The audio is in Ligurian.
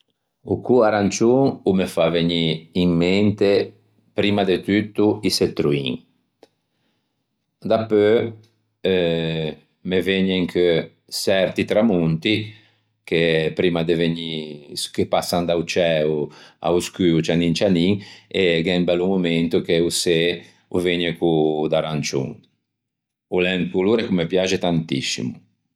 O cô arancion o me fa vegnî in mente primma de tutto i çetroin, dapeu eh me vëgne in cheu çerti tramonti che primma de vegnî che passan da-o ciæo a-o scuo cianin cianin e gh'é un bello momento che o çê o vengne cô d'arancion. O l'é colore ch'o me piaxe tantiscimo.